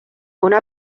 una